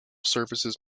surfaces